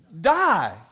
die